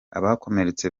abakomeretse